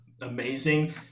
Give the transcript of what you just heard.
amazing